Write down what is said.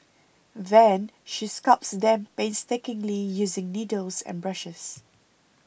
then she sculpts them painstakingly using needles and brushes